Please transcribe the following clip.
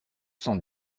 cent